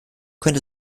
könnte